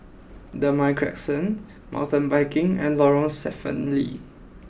Damai Crescent Mountain Biking and Lorong Stephen Lee